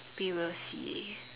we will see